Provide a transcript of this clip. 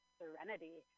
serenity